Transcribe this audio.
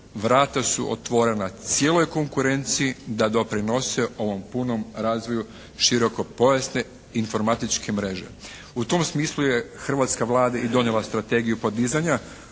vrata su otvorena cijeloj konkurenciji da doprinose ovom punom razvoju širokopojasne informatičke mreže. U tom smislu je hrvatska Vlada i donijela Strategiju podizanja